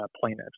plaintiffs